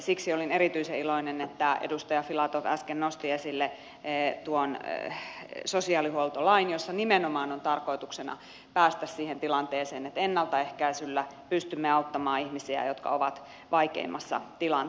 siksi olin erityisen iloinen että edustaja filatov äsken nosti esille sosiaalihuoltolain jossa nimenomaan on tarkoituksena päästä siihen tilanteeseen että ennaltaehkäisyllä pystymme auttamaan ihmisiä jotka ovat vaikeimmassa tilanteessa